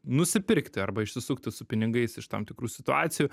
nusipirkti arba išsisukti su pinigais iš tam tikrų situacijų